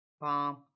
Bomb